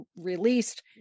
released